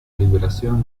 liberación